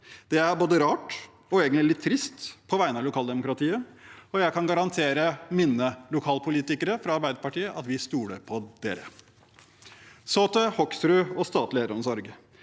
Det er både rart og egentlig litt trist på vegne av lokaldemokratiet, og jeg kan garantere mine lokalpolitikere fra Arbeiderpartiet at vi stoler på dem. Så til Hoksrud og statlig eldreomsorg: